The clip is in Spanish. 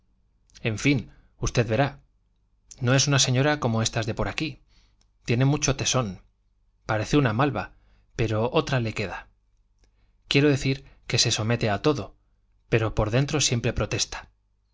en fin usted verá no es una señora como estas de por aquí tiene mucho tesón parece una malva pero otra le queda quiero decir que se somete a todo pero por dentro siempre protesta